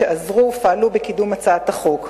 שעזרו ופעלו בקידום הצעת החוק.